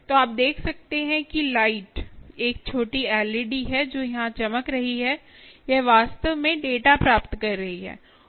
तो आप देख सकते हैं कि लाइट एक छोटी एलईडी है जो यहाँ चमक रही है यह वास्तव में डेटा प्राप्त कर रहा है